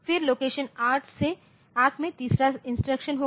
फिर लोकेशन 8 में तीसरा इंस्ट्रक्शन होगा